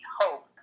hope